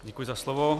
Děkuji za slovo.